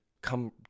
come